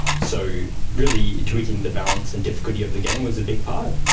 so really tweaking the balance and difficulty of the game was a big part.